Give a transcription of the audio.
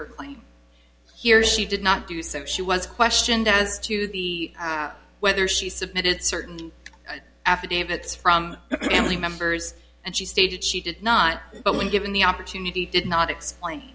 her claim here she did not do so she was questioned as to the whether she submitted certain affidavits from family members and she stated she did not but when given the opportunity did not explain